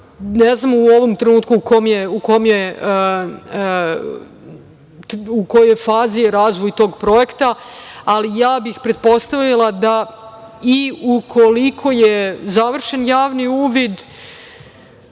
ne znamo u ovom trenutku u kojoj fazi je razvoj tog projekta, ali ja bih pretpostavila da i ukoliko je završen javni uvid